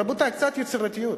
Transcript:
רבותי, קצת יצירתיות.